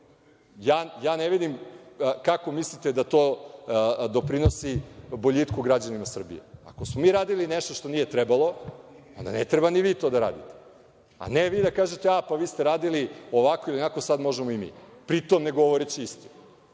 Ja ne vidim kako mislite da to doprinosi boljitku građana Srbije? Ako smo mi radili nešto što nije trebalo, valjda ne treba ni vi to da radite, a ne da kažete – vi ste radili ovako ili onako, možemo sada i mi. Pri tom, ne govoreći istinu.